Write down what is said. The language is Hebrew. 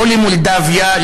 לא למולדובה,